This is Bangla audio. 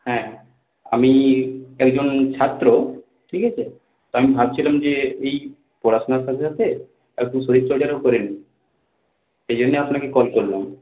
আমি একজন ছাত্র ঠিক আছে তো আমি ভাবছিলাম যে এই পড়াশুনার সাথে সাথে একটু শরীরচর্চাটাও করে নিই সেইজন্যই আপনাকে কল করলাম